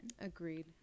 agreed